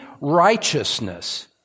righteousness